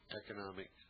economic